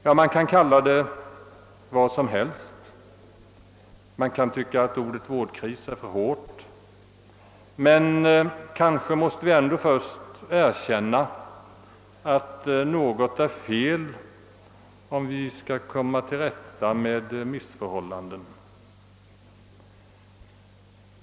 Ja, man kan kalla det vad som helst. Man kan tycka att ordet vårdkris är för hårt, men vi måste ändå först erkänna att något är fel, om vi skall kunna komma till rätta med missförhållanden.